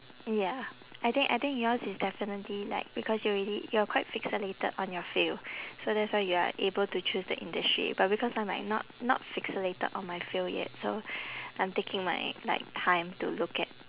ya I think I think yours is definitely like because you already you are quite fixated on your field so that's why you are able to choose the industry but because I might not not fixated on my field yet so I'm taking my like time to look at